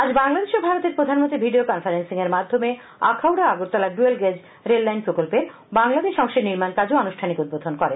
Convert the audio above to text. আজ বংলাদেশ ও ভারতের প্রধানমন্ত্রী ভিডিও কনফারেন্সের মাধ্যমে Akhaura Agartala dual gauge rail line প্রকল্পের বাংলাদেশ অংশের নির্মাণ কাজও আনুষ্ঠানিক উদ্বোধন করবেন